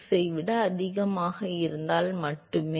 6 ஐ விட அதிகமாக இருந்தால் மட்டுமே